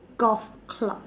golf club